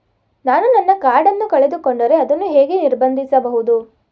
ನಾನು ನನ್ನ ಕಾರ್ಡ್ ಅನ್ನು ಕಳೆದುಕೊಂಡರೆ ಅದನ್ನು ಹೇಗೆ ನಿರ್ಬಂಧಿಸಬಹುದು?